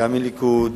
גם מהליכוד,